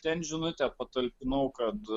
ten žinutę patalpinau kad